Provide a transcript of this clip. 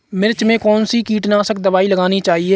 मिर्च में कौन सी कीटनाशक दबाई लगानी चाहिए?